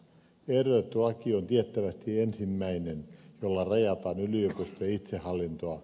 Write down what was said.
ehdotettu laki on tiettävästi ensimmäinen jolla rajataan yliopistojen itsehallintoa